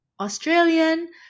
Australian